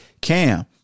Cam